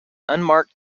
unmarked